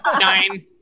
Nine